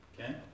Okay